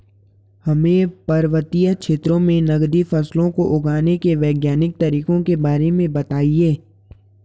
हमें पर्वतीय क्षेत्रों में नगदी फसलों को उगाने के वैज्ञानिक तरीकों के बारे में बताइये?